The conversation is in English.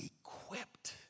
equipped